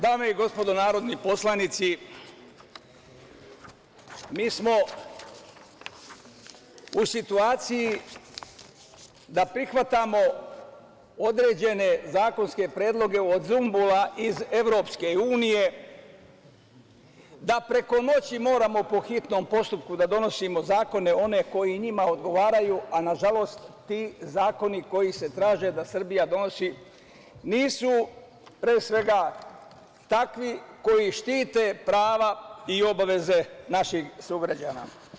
Dame i gospodo narodni poslanici, mi smo u situaciji da prihvatamo određene zakonske predloge od zumbula iz EU, da preko noći moramo po hitnom postupku da donosimo zakone, one koji njima odgovaraju, a nažalost ti zakoni koji se traže da Srbija donosi nisu, pre svega, takvi koji štite prava i obaveze naših sugrađana.